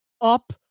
up